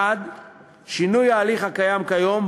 1. שינוי ההליך הקיים כיום,